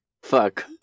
Fuck